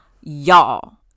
Y'all